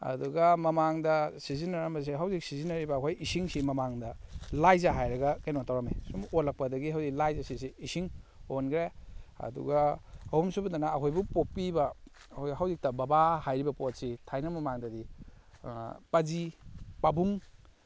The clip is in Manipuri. ꯑꯗꯨꯒ ꯃꯃꯥꯡꯗ ꯁꯤꯖꯤꯟꯅꯔꯝꯕꯁꯦ ꯍꯧꯖꯤꯛ ꯁꯤꯖꯤꯟꯅꯔꯤꯕ ꯑꯩꯈꯣꯏ ꯏꯁꯤꯡꯁꯤ ꯃꯃꯥꯡꯗ ꯂꯥꯏꯖ ꯍꯥꯏꯔꯒ ꯀꯩꯅꯣ ꯇꯧꯔꯝꯃꯤ ꯑꯁꯨꯝ ꯑꯣꯜꯂꯛꯄꯗꯒꯤ ꯍꯧꯖꯤꯛ ꯂꯥꯏꯖꯁꯤ ꯏꯁꯤꯡ ꯑꯣꯟꯈꯔꯦ ꯑꯗꯨꯒ ꯑꯍꯨꯝ ꯁꯨꯕꯗꯅ ꯑꯩꯈꯣꯏꯕꯨ ꯄꯣꯛꯄꯤꯕ ꯍꯧꯖꯤꯛ ꯍꯧꯖꯤꯛꯇ ꯕꯥꯕꯥ ꯍꯥꯏꯔꯤꯕ ꯄꯣꯠꯁꯤ ꯊꯥꯏꯅ ꯃꯃꯥꯡꯗꯗꯤ ꯄꯥꯖꯤ ꯄꯥꯕꯨꯡ